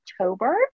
October